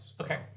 Okay